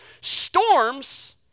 Storms